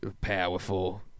powerful